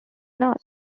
not